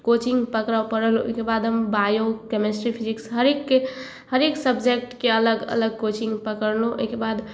coaching पकड़ऽ पड़ल ओहिके बाद हम बाओ केमेस्ट्री फिजिक्स हरेक के हरेक सब्जेक्टके अलग अलग कोचिन्ग पकड़लहुँ ओहिके बाद